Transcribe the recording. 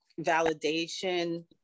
validation